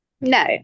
no